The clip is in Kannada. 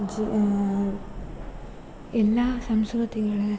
ಜಿ ಎಲ್ಲ ಸಂಸ್ಕೃತಿಗಳ